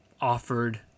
offered